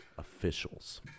officials